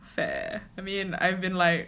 fair I mean I've been like